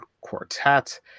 quartet